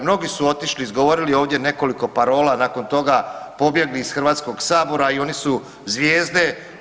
Mnogi su otišli, izgovorili ovdje nekoliko parola, nakon toga pobjegli iz Hrvatskog sabora i oni su zvijezde.